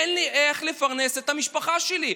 אין לי איך לפרנס את המשפחה שלי.